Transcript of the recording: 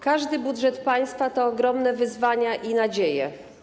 Każdy budżet państwa to ogromne wyzwania i nadzieje.